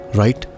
right